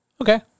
Okay